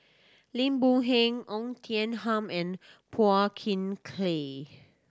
Lim Boon Heng Oei Tian Ham and Phua Thin Kiay